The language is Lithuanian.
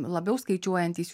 labiau skaičiuojantys